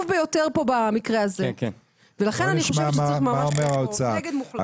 ביותר פה במקרה הזה ולכן אני חושבת להיות נגד מוחלט.